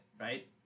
right